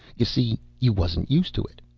you see you wasn't used to it.